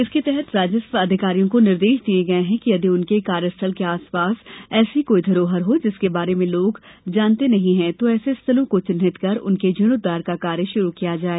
इसके तहत राजस्व अधिकारियों को निर्देश दिये गये है कि यदि उनके कार्यस्थल के आसपास ऐसी कोई धरोहर हो जिसके बारे में लोग जानते नहीं है तो ऐसे स्थलों को चिन्हित कर उनके जीर्णोद्वार का कार्य प्रारंभ किया जाये